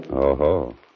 Oh-ho